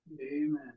Amen